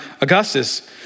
Augustus